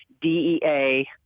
DEA